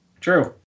True